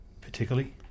Particularly